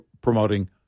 promoting